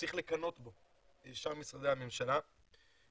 ששאר משרדי הממשלה צריכים לקנא בו.